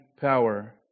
power